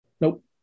Nope